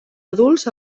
adults